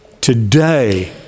today